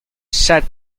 shut